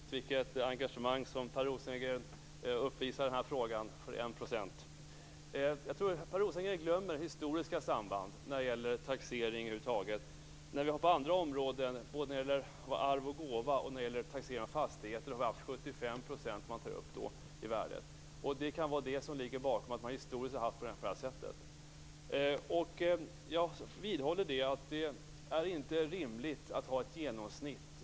Herr talman! Det är nästan komiskt vilket engagemang Per Rosengren uppvisar i denna fråga för en procents skull. Jag tror att Per Rosengren glömmer historiska samband när det gäller taxering över huvud taget. På andra områden, både i fråga om arv och gåva och i fråga om taxering av fastigheter, har vi haft ett system där man tar upp 75 % av värdet. Det kan vara det som ligger bakom att man historiskt har haft det på det här sättet. Jag vidhåller att det inte är rimligt att ha ett genomsnitt.